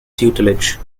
tutelage